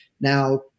now